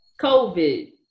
COVID